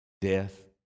Death